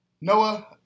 noah